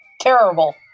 Terrible